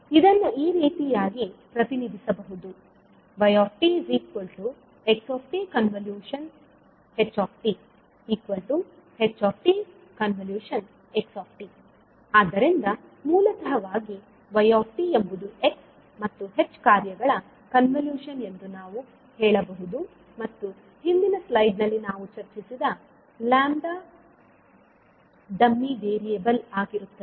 ಇದನ್ನು ಈ ರೀತಿಯಾಗಿ ಪ್ರತಿನಿಧಿಸಬಹುದು 𝑦𝑡 𝑥𝑡∗ℎ𝑡ℎ𝑡∗𝑥𝑡 ಆದ್ದರಿಂದ ಮೂಲತಃವಾಗಿ 𝑦 ಎಂಬುದು 𝑥 ಮತ್ತು h ಕಾರ್ಯಗಳ ಕನ್ವಲೂಶನ್ ಎಂದು ನಾವು ಹೇಳಬಹುದು ಮತ್ತು ಹಿಂದಿನ ಸ್ಲೈಡ್ ನಲ್ಲಿ ನಾವು ಚರ್ಚಿಸಿದ ಲ್ಯಾಂಬ್ಡಾ ಡಮ್ಮಿ ವೇರಿಯಬಲ್ ಆಗಿರುತ್ತದೆ